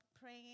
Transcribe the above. praying